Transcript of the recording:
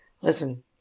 Listen